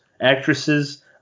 actresses